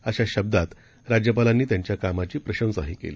अशाशब्दांतराज्यपालांनीत्यांच्याकामाचीप्रशंसाहीकेली